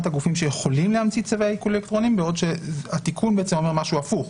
הגופים שיכולים להמציא צווי עיקול בעוד שהתיקון אומר משהו הפוך,